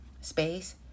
space